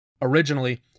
Originally